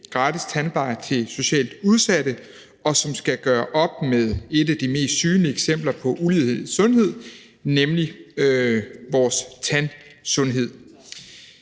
gratis tandpleje til socialt udsatte, skal gøre op med et af de mest synlige eksempler på ulighed i sundhed, nemlig vores tandsundhed.